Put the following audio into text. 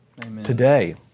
Today